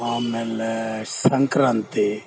ಆಮೇಲೆ ಸಂಕ್ರಾಂತಿ